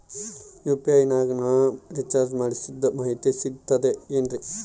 UPI ನಾಗ ನಾ recharge ಮಾಡಿಸಿದ ಮಾಹಿತಿ ಸಿಕ್ತದೆ ಏನ್ರಿ?